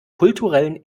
kulturellen